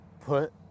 Put